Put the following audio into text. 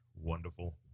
wonderful